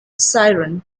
siren